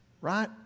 right